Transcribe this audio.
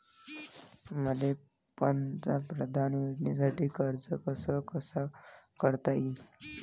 मले पंतप्रधान योजनेसाठी अर्ज कसा कसा करता येईन?